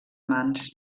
mans